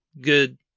good